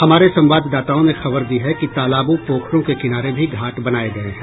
हमारे संवाददाताओं ने खबर दी है कि तालाबों पोखरों के किनारे भी घाट बनाये गये हैं